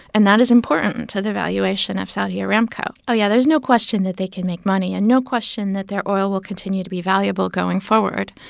and that is important to the valuation of saudi aramco. oh, yeah, there's no question that they can make money and no question that their oil will continue to be valuable going forward.